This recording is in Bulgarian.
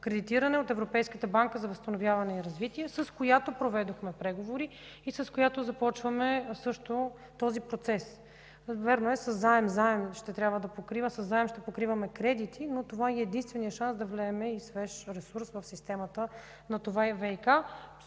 кредитиране от Европейската банка за възстановяване и развитие, с която проведохме преговори и започваме този процес. Вярно е, че със заем трябва да покриваме кредити, но това е единственият шанс да влеем свеж ресурс в системата на това ВиК.